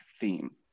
theme